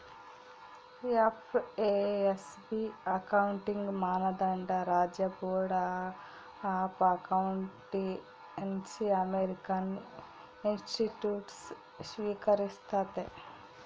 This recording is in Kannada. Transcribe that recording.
ಎಫ್.ಎ.ಎಸ್.ಬಿ ಅಕೌಂಟಿಂಗ್ ಮಾನದಂಡ ರಾಜ್ಯ ಬೋರ್ಡ್ ಆಫ್ ಅಕೌಂಟೆನ್ಸಿಅಮೇರಿಕನ್ ಇನ್ಸ್ಟಿಟ್ಯೂಟ್ಸ್ ಸ್ವೀಕರಿಸ್ತತೆ